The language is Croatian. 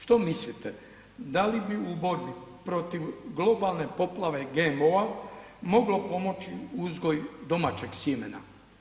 Što mislite, da li bi u borbi protiv globalne poplave GMO-a moglo pomoći uzgoj domaćeg sjemena?